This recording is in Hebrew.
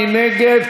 מי נגד?